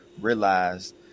realized